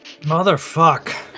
Motherfuck